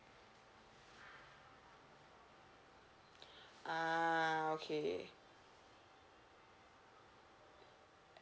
ah okay